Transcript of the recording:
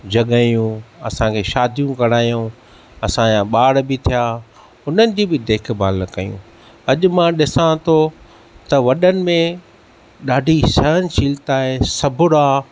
जॻहियूं असां खे शादियूं करायूं असां या ॿार बि थिया उननि जी बि देखबाल कयूं अॼु मां ॾिसां थो त वॾनि में ॾाढी सहनशीलता ऐं सबुरु आहे